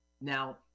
Now